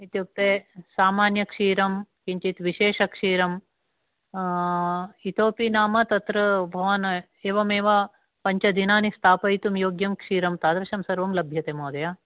इत्युक्ते सामान्यक्षषीरं किञ्चित् विशेषक्षीरम् इतोपि नाम तत्र भवान् एवमेव पञ्चदिनानि स्थापयितुं योग्यं क्षरं तादृशं सर्वं लभ्यते महोदय